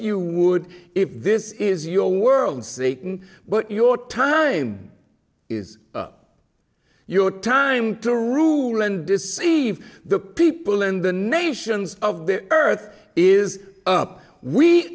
you would if this is your world satan but your time is your time to rule and deceive the people in the nations of the earth is up we